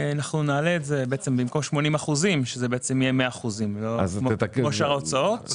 במקום 80%, זה יהיה 100% כמו שאר ההוצאות.